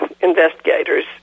investigators